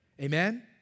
Amen